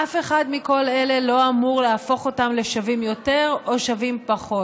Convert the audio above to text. אף אחד מכל אלה לא אמור להפוך אותם לשווים יותר או שווים פחות.